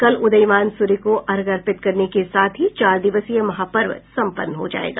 कल उदीयमान सूर्य को अर्घ्य अर्पित करने के साथ ही चार दिवसीय महापर्व सम्पन्न हो जायेगा